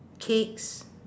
cakes